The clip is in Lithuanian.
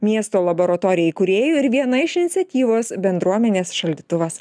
miesto laboratorija įkūrėjų ir viena iš iniciatyvos bendruomenės šaldytuvas